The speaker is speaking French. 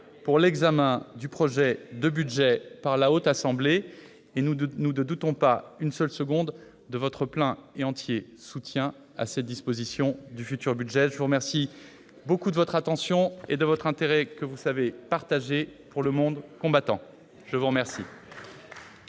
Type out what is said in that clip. pour l'examen du projet de budget par la Haute Assemblée : nous ne doutons pas une seule seconde de votre plein et entier soutien à cette disposition du futur budget. Ah ! Je vous remercie vivement de votre attention et de votre intérêt, qui est aussi celui du Gouvernement, pour le monde combattant. La parole